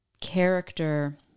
character